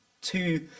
two